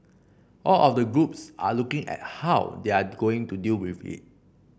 all of the groups are looking at how they are going to deal with it